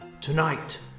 Tonight